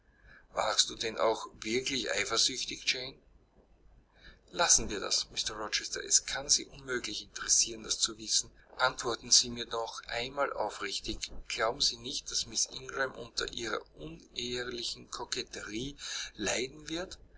warst du denn auch wirklich eifersüchtig jane lassen wir das mr rochester es kann sie unmöglich interessieren das zu wissen antworten sie mir noch einmal aufrichtig glauben sie nicht daß miß ingram unter ihrer unehrlichen koketterie leiden wird